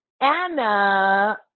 Anna